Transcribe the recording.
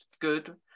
good